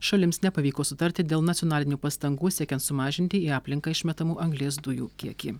šalims nepavyko sutarti dėl nacionalinių pastangų siekiant sumažinti į aplinką išmetamų anglies dujų kiekį